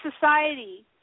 society